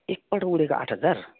एकपल्ट उडेको आठ हजार